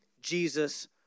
Jesus